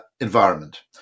environment